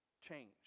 change